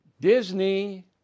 Disney